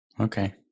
Okay